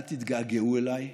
אל תתגעגעו אליי,